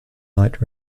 light